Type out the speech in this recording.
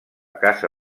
casa